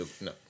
no